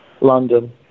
London